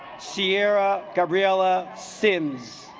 sierra gabriella simms